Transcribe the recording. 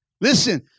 Listen